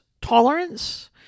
tolerance